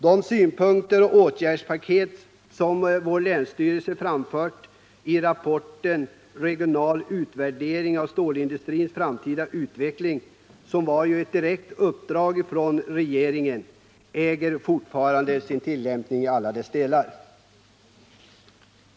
De synpunkter och åtgärdspaket som länsstyrelsen framfört i rapporten Regional utvärdering av stålindustrins framtida utveckling, som tillkom på direkt uppdrag av regeringen, äger fortfarande tillämpning i alla delar.